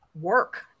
work